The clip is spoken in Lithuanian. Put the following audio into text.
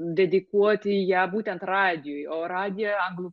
dedikuoti ją būtent radijui o radiją anglų